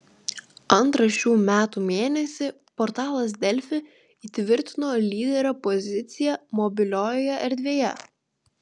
antrą šių metų mėnesį portalas delfi įtvirtino lyderio poziciją mobiliojoje erdvėje